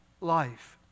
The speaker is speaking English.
life